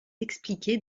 expliqués